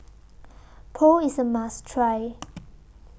Pho IS A must Try